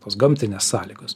tos gamtinės sąlygos